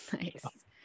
nice